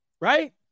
right